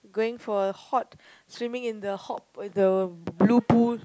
going for a hot swimming in the hot uh the blue pool